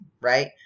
Right